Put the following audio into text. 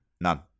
none